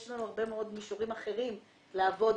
יש לנו הרבה מאוד מישורים אחרים לעבוד